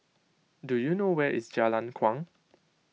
do you know where is Jalan Kuang